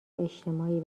اجتماعی